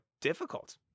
difficult